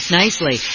nicely